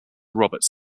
roberts